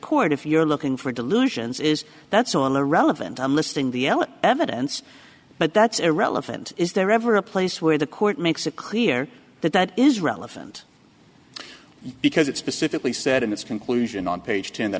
chord if you're looking for delusions is that so irrelevant i'm listing the l evidence but that's irrelevant is there ever a place where the court makes it clear that that is relevant because it specifically said in its conclusion on page ten that